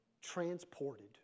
Transported